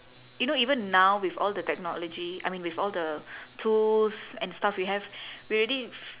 you know even now with all the technology I mean with all the tools and stuff we have we already